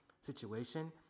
situation